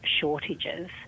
shortages